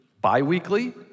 bi-weekly